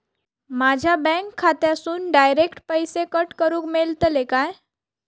माझ्या बँक खात्यासून डायरेक्ट पैसे कट करूक मेलतले काय?